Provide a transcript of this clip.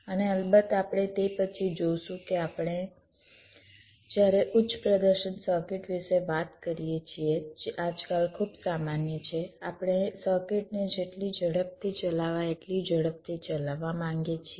અને અલબત્ત આપણે તે પછી જોશું કે જ્યારે આપણે ઉચ્ચ પ્રદર્શન સર્કિટ વિશે વાત કરીએ છીએ જે આજકાલ ખૂબ સામાન્ય છે આપણે સર્કિટને જેટલી ઝડપથી ચલાવાય એટલી ઝડપથી ચલાવવા માંગીએ છીએ